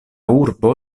urbo